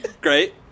Great